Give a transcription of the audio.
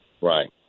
Right